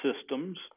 Systems